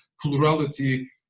plurality